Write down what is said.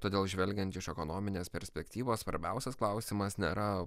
todėl žvelgiant iš ekonominės perspektyvos svarbiausias klausimas nėra